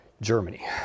Germany